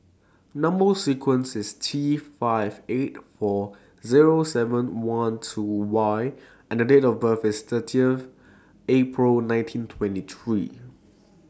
Number sequence IS T five eight four Zero seven one two Y and Date of birth IS thirteen April nineteen twenty three